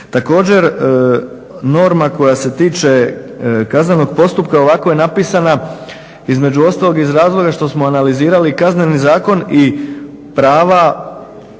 Također, norma koja se tiče kaznenog postupka ovako je napisana između ostalog iz razloga što smo analizirali Kazneni zakon i prava